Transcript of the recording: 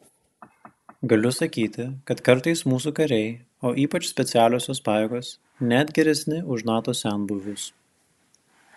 galiu sakyti kad kartais mūsų kariai o ypač specialiosios pajėgos net geresni už nato senbuvius